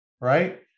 right